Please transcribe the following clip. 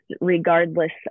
regardless